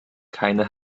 keine